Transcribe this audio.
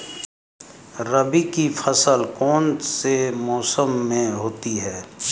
रबी की फसल कौन से मौसम में होती है?